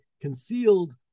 concealed